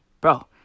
bro